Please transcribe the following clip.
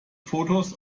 fotos